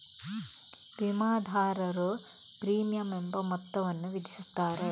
ವಿಮಾದಾರರು ಪ್ರೀಮಿಯಂ ಎಂಬ ಮೊತ್ತವನ್ನು ವಿಧಿಸುತ್ತಾರೆ